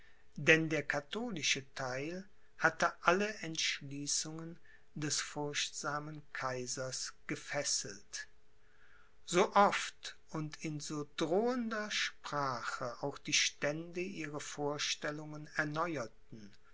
denn der katholische theil hatte alle entschließungen des furchtsamen kaisers gefesselt so oft und in so drohender sprache auch die stände ihre vorstellungen erneuerten